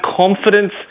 confidence